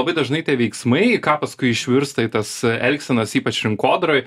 labai dažnai tie veiksmai ką paskui išvirsta į tas elgsenas ypač rinkodaroj